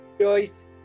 Joyce